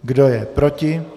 Kdo je proti?